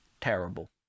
terrible